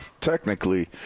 technically